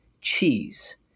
cheese